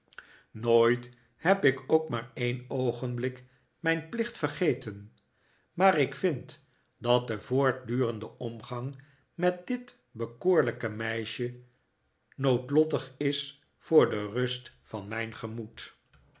nooit heb ik ook maar een oogenblik mijn plicht vergeten maar ik vind dat de voortdurende omgang met dit bekoorlijke meisje noodlottig is voor de rust van mijn gemoed